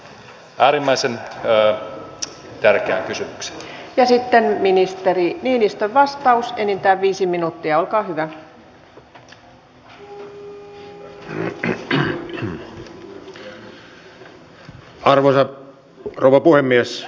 se olisi varmastikin suomen suurin ja isoin vastaanottokeskus ja huolettaa tietysti tämmöisen vastaanottokeskuksen mahdollinen tuleminen